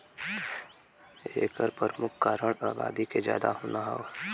एकर परमुख कारन आबादी के जादा होना हौ